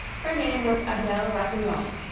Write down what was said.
her name was adele ratignolle.